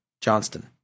Johnston